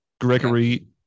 Gregory